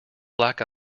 black